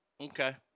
Okay